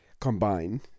combine